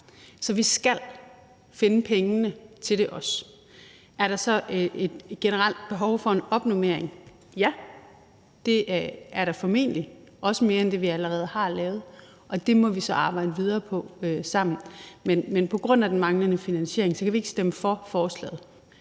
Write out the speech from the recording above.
Så vi skal også finde pengene til det. Er der så et generelt behov for en opnormering? Ja, det er der formentlig, også mere end det, vi allerede har lavet, og det må vi så arbejde videre på sammen. Men på grund af den manglende finansiering kan vi ikke stemme for forslaget.